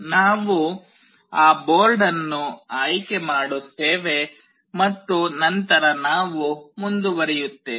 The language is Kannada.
ನಾವು ಆ ಬೋರ್ಡ್ ಅನ್ನು ಆಯ್ಕೆ ಮಾಡುತ್ತೇವೆ ಮತ್ತು ನಂತರ ನಾವು ಮುಂದುವರಿಯುತ್ತೇವೆ